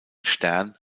stern